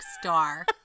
star